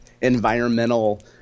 environmental